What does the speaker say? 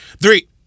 Three